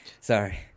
Sorry